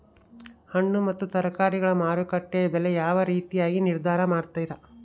ಹಣ್ಣು ಮತ್ತು ತರಕಾರಿಗಳ ಮಾರುಕಟ್ಟೆಯ ಬೆಲೆ ಯಾವ ರೇತಿಯಾಗಿ ನಿರ್ಧಾರ ಮಾಡ್ತಿರಾ?